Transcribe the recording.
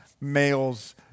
males